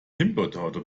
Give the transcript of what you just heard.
himbeertorte